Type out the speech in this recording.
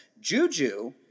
Juju